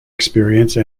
experience